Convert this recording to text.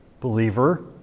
believer